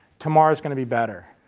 tomorrow is going to be better.